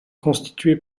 constitué